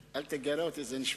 הם יבינו.